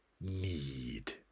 need